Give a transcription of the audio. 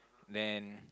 then